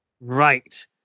Right